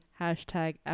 Hashtag